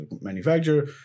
manufacturer